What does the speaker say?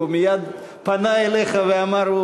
הוא מייד פנה אליך ואמר,